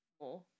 more